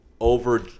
over